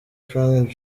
frank